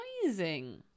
surprising